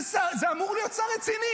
זה אמור להיות שר רציני.